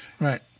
Right